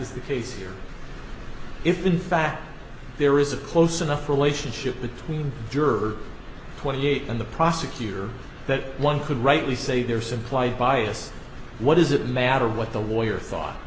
fact is the case here if in fact there is a close enough relationship between juror twenty eight and the prosecutor that one could rightly say there simplied bias what does it matter what the lawyer thought